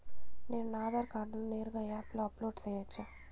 నేను నా ఆధార్ కార్డును నేరుగా యాప్ లో అప్లోడ్ సేయొచ్చా?